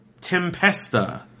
Tempesta